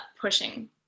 pushing